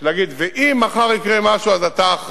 היא לא צריכה להוביל למצב של להגיד: ואם מחר יקרה משהו אז אתה אחראי.